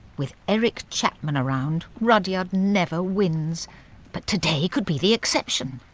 with eric chapman around, rudyard never wins but today could be the exception!